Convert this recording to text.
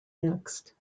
next